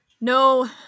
No